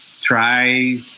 try